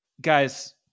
guys